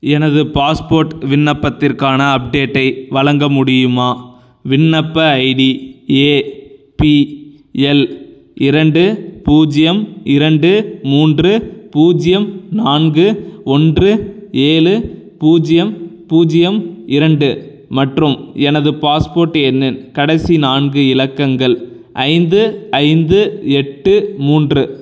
எனது பாஸ்போர்ட் விண்ணப்பத்திற்கான அப்டேட்டை வழங்க முடியுமா விண்ணப்ப ஐடி ஏபிஎல் இரண்டு பூஜ்ஜியம் இரண்டு மூன்று பூஜ்ஜியம் நான்கு ஒன்று ஏழு பூஜ்ஜியம் பூஜ்ஜியம் இரண்டு மற்றும் எனது பாஸ்போர்ட் எண்ணின் கடைசி நான்கு இலக்கங்கள் ஐந்து ஐந்து எட்டு மூன்று